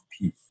peace